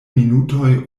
minutoj